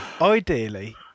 ideally